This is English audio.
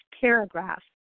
paragraph